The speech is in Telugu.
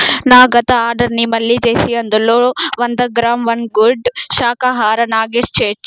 నా గత ఆర్డర్ని మళ్ళీ చేసి అందులో వంద గ్రామ్ వన్ గుడ్ శాఖాహార నగేట్స్ చేర్చుము